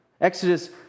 Exodus